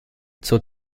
zur